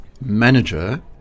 manager